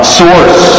source